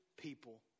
people